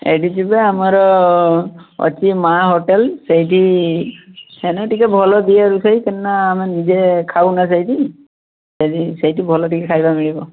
ଏଠି କିନ୍ତୁ ଆମର ଅଛି ମା ହୋଟେଲ୍ ସେଇଠି ସେଇଠୁ ଟିକେ ଊଲ ଦିଅ କାରଣ ଆମେ ନିଜେ ଖାଉ ନା ସେଇଠି ବୋଲି ସେଇଠି ଭଲ ଟିକିଏ ଖାଇବା ମିଳିବ